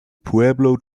pueblo